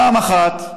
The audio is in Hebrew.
פעם אחת,